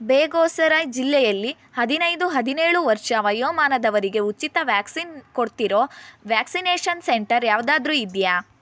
ಬೇಗೂಸರಾಯ್ ಜಿಲ್ಲೆಯಲ್ಲಿ ಹದಿನೈದು ಹದಿನೇಳು ವರ್ಷ ವಯೋಮಾನದವರಿಗೆ ಉಚಿತ ವ್ಯಾಕ್ಸಿನ್ ಕೊಡ್ತಿರೋ ವ್ಯಾಕ್ಸಿನೇಷನ್ ಸೆಂಟರ್ ಯಾವುದಾದ್ರೂ ಇದೆಯಾ